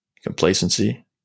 complacency